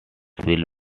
will